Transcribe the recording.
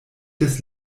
des